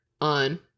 on